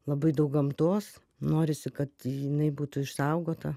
labai daug gamtos norisi kad jinai būtų išsaugota